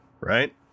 right